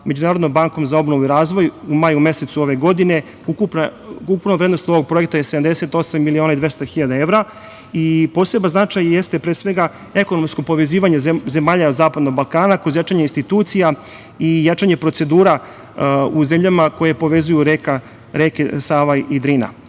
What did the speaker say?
Međunarodnom bankom za obnovu i razvoj u maju mesecu ove godine. Ukupna vrednost ovog projekta je 78.200.000 evra. Poseban značaj jeste pre svega ekonomsko povezivanje zemalja Zapadnog Balkana kroz jačanje institucija i jačanje procedura u zemljama koje povezuju reke Sava i Drina. Ovaj